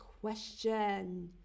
question